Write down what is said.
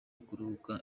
kuruhuka